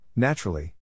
Naturally